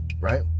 right